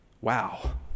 Wow